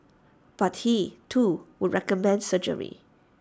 but he too would recommend surgery